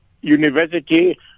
university